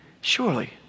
surely